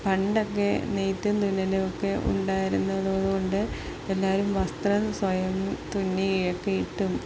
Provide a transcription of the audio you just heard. പണ്ടൊക്കെ നെയ്ത്തും തുന്നലുമൊക്കെ ഉണ്ടായിരുന്നതുകൊണ്ട് എല്ലാവരും വസ്ത്രം സ്വയം തുന്നിയൊക്കെ ഇട്ടും